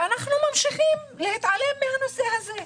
אבל אנחנו ממשיכים להתעלם מהנושא הזה.